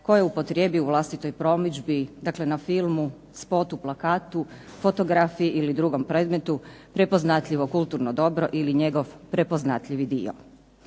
je upotrijebio u vlastitoj promidžbi, dakle na filmu, spotu, plakatu, fotografiji ili drugom predmetu, prepoznatljivo kulturno dobro ili njegov prepoznatljivi dio.